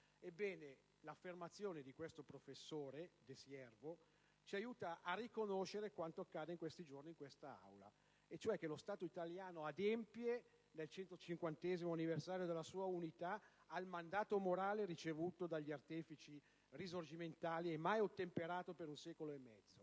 Ebbene, l'affermazione del professor De Siervo ci aiuta a riconoscere quanto accade in questi giorni in quest'Aula, cioè che lo Stato italiano adempie nel 150° anniversario della sua unità al mandato morale ricevuto dagli artefici risorgimentali e mai ottemperato per un secolo e mezzo: